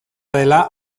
dela